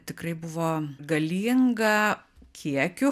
tikrai buvo galinga kiekiu